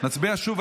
נצביע שוב,